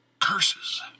Curses